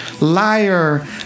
liar